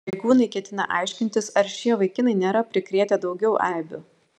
pareigūnai ketina aiškintis ar šie vaikinai nėra prikrėtę daugiau eibių